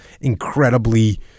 incredibly